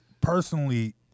personally –